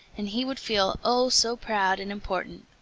and he would feel, oh, so proud and important.